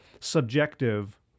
subjective